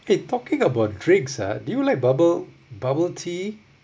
eh talking about drinks ah do you like bubble bubble tea